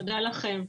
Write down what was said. תודה לכם.